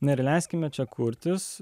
ir leiskime čia kurtis